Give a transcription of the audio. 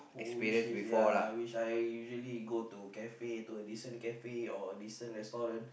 which is ya which I usually go to cafe to decent cafe or decent restaurant